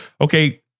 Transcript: Okay